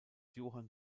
johann